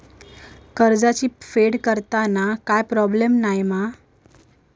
कर्जाची फेड करताना काय प्रोब्लेम नाय मा जा?